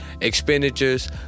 expenditures